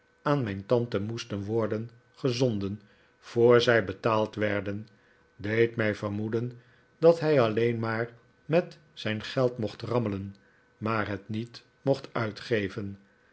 aan mijn fante moesten worden gezonden voor zij betaald werden deed mij vermoeden dat hij alleen maar met zijn geld mocht rammelen maar het niet mocht uitgeven